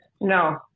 no